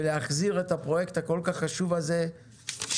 ולהחזיר את הפרויקט הכל כך חשוב הזה שיעודד